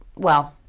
well.